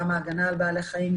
גם ההגנה על בעלי חיים,